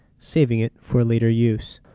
saving it for later use.